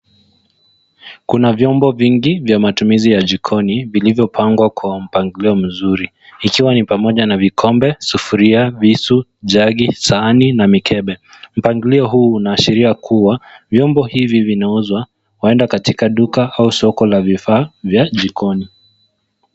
Kuna vyombo vingi vya matumizi ya jikoni vilivyopangwa kwa mpangilio mzuri ikiwa ni pamoja na vikombe, sufuria, visu, jagi, sahani na mikebe. Mpangilio huu unaashiria kuwa vyombo hivi vinauzwa huenda katika duka au soko la vifaa vya jikoni.